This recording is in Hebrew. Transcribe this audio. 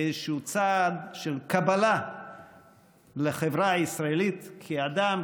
כאיזה צעד של קבלה לחברה הישראלית כאדם.